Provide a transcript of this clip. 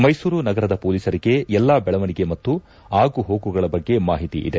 ಮೈಸೂರು ನಗರದ ಪೊಲೀಸರಿಗೆ ಎಲ್ಲಾ ಬೆಳವಣಿಗೆ ಮತ್ತು ಆಗು ಹೋಗುಗಳ ಬಗ್ಗೆ ಮಾಹಿತಿ ಇದೆ